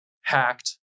hacked